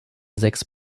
sechs